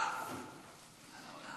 אתה הגאון, אתה יודע הכול.